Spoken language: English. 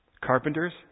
Carpenters